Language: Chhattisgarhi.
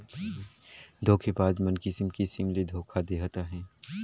धोखेबाज मन किसिम किसिम ले धोखा देहत अहें